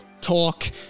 talk